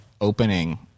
opening